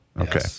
Okay